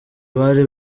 bari